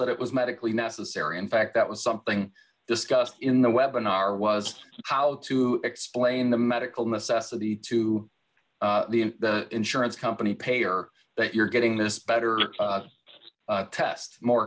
that it was medically necessary in fact that was something discussed in the web in our was how to explain the medical necessity to the insurance company payer that you're getting this better test more